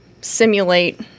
simulate